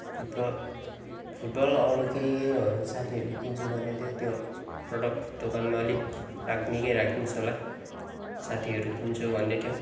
football फुटबलहरू के केहरू साथीहरूले किन्छु भन्दै थियो त्यो प्रडक्ट दोकानमा अलिक निकै राखिदिनुहोस् होला साथीहरू किन्छु भन्दै थियो